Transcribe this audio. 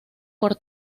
por